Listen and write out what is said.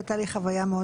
אורית.